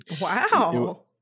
Wow